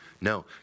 No